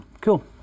cool